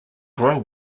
grow